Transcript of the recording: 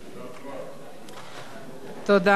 תודה.